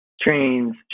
trains